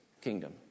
kingdom